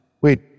Wait